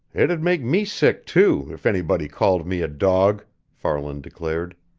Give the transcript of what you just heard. it'd make me sick, too, if anybody called me a dog, farland declared.